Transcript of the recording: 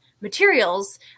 materials